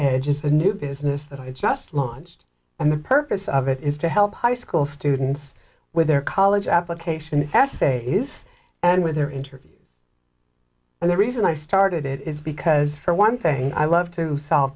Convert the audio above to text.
and it is the new business that i just launched and the purpose of it is to help high school students with their college application essays and with their interview and the reason i started it is because for one thing i love to solve